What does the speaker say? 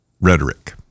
rhetoric